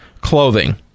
Clothing